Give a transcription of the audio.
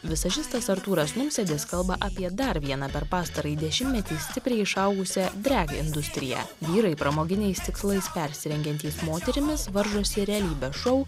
vizažistas artūras numsėdis kalba apie dar vieną per pastarąjį dešimtmetį stipriai išaugusią drag industriją vyrai pramoginiais tikslais persirengiantys moterimis varžosi realybės šou